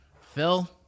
Phil